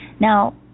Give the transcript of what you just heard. Now